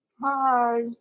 Hi